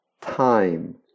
time